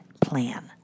plan